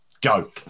go